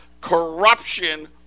corruption